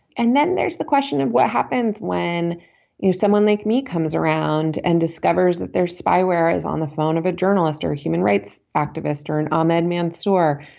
and then there's the question of what happens when you know someone like me comes around and discovers that their spyware is on the phone of a journalist or a human rights activist or an amen mansoor.